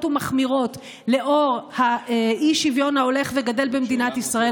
ומחמירות לנוכח האי-שוויון ההולך וגדל במדינת ישראל,